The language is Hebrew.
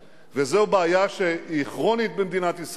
בעיה, הוא מנסה